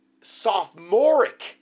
sophomoric